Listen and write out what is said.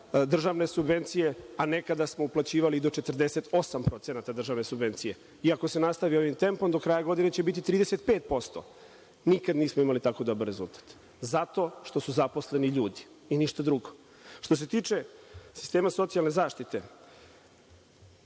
državne subvencije, a nekada smo uplaćivali do 48% državne subvencije. Ako se nastavi ovim tempom do kraja godine će biti 35%. Nikad nismo imali tako dobar rezultat, zato što su zaposleni ljudi i ništa drugo. Što se tiče sistema socijalne zaštite,